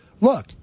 look